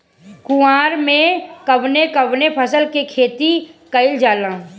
कुवार में कवने कवने फसल के खेती कयिल जाला?